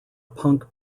punk